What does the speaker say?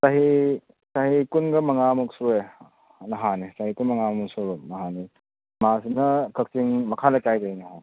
ꯆꯍꯤ ꯆꯍꯤ ꯀꯨꯟꯒ ꯃꯉꯥꯃꯨꯛ ꯁꯨꯔꯦ ꯅꯍꯥꯅꯤ ꯆꯍꯤ ꯀꯨꯟ ꯃꯉꯥꯃꯨꯛ ꯁꯨꯔꯕ ꯅꯍꯥꯅꯤ ꯃꯥꯁꯤꯅ ꯀꯛꯆꯤꯡ ꯃꯈꯥ ꯂꯩꯀꯥꯏꯗꯩꯅꯤ ꯍꯥꯏ